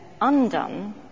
undone